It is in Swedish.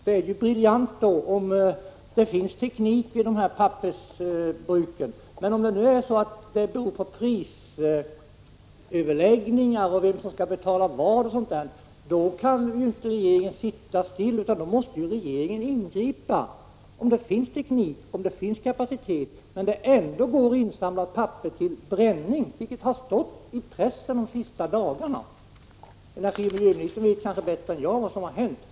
Det är ju briljant om tekniken finns i pappersbruken. Om tekniken och kapaciteten finns och det hela handlar om prisöverläggningar och om vem som skall betala vad kan regeringen inte sitta still, utan den måste ingripa. Ändå går insamlat papper till bränning. Det har man kunnat läsa i pressen under de senaste dagarna. Energioch miljöministern vet kanske bättre än jag vad som har hänt.